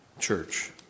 church